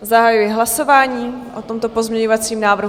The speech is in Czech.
Zahajuji hlasování o tomto pozměňovacím návrhu.